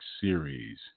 series